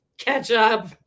Ketchup